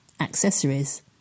accessories